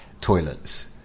toilets